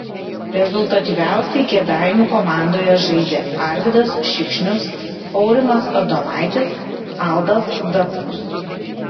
rezultatyviausiai kėdainių komandoje žaidė arvydas šikšnius aurimas adomaitis aldas dabkus